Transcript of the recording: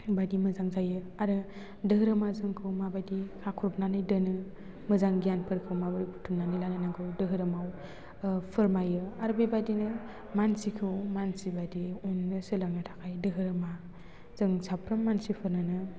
बायदि मोजां जायो आरो धोरोमा जोंखौ मा बायदि खाख्रबनानै दोनो मोजां गियानफोरखौ माबोरै बुथुमनानै लारायनांगौ धोरोमाव फोरमायो आरो बेबायदिनो मानसिखौ मानसिबादि अन्नो सोलोंनो थाखाय धोरोमा जों साफ्रोम मानसिफोरनोनो